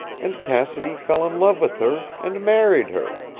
and cassidy fell in love with her and married her.